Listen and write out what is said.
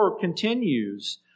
continues